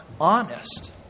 honest